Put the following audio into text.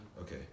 Okay